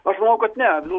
aš manau kad ne nu